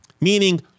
meaning